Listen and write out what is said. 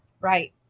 Right